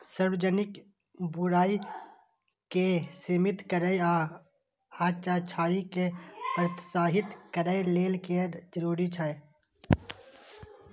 सार्वजनिक बुराइ कें सीमित करै आ अच्छाइ कें प्रोत्साहित करै लेल कर जरूरी छै